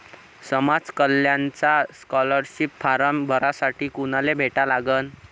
समाज कल्याणचा scholarship form भरासाठी कुनाले भेटा लागन?